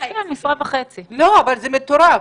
זה מטורף.